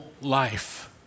life